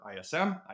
ISM